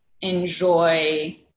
enjoy